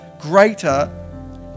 greater